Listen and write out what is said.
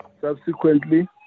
Subsequently